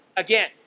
Again